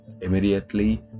Immediately